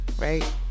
right